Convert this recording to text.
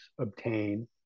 obtain